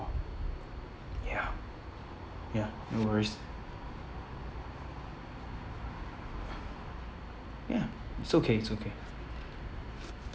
ya ya no worries ya it's okay it's okay